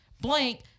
Blank